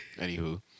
Anywho